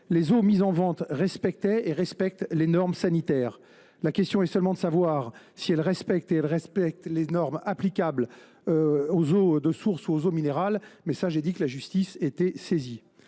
les eaux mises en vente respectaient, et respectent, les normes sanitaires. La question est seulement de savoir si elles respectent les normes applicables aux eaux de source ou aux eaux minérales ; la justice est saisie